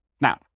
Now